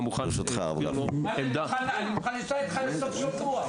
מוכן --- אני מוכן לנסוע איתך לסוף-שבוע.